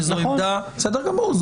ובסדר גמור,